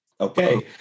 okay